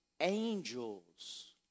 angels